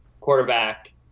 quarterback